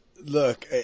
look